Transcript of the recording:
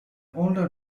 older